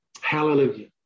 Hallelujah